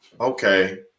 Okay